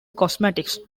cosmetics